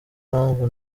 mpamvu